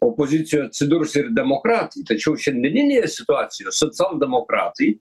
opozicijoj atsidurs ir demokratai tačiau šiandieninėje situacijoje socialdemokratai